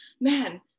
man